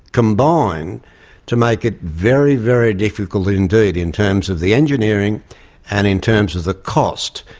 combine to make it very, very difficult indeed in terms of the engineering and in terms of the cost,